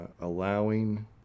allowing